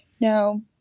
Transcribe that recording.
No